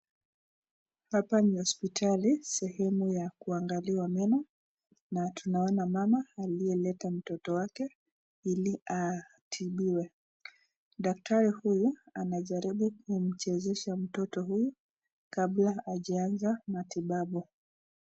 Hapa ni hospitali, sehemu ya kuangaliwa meno, na tunaona mama aliyeleta mtoto wake ili atibiwe. Daktari huu anajaribu kumchezesha mtoto huu kabla hajaanza matibabu.